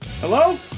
Hello